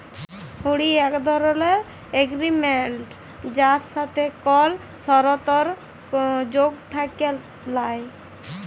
হুঁড়ি এক ধরলের এগরিমেনট যার সাথে কল সরতর্ যোগ থ্যাকে ল্যায়